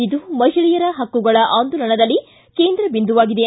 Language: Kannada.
ಇದು ಮಹಿಳೆಯರ ಪಕ್ಕುಗಳ ಆಂದೋಲನದಲ್ಲಿ ಕೇಂದ್ರ ಬಿಂದುವಾಗಿದೆ